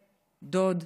דוד,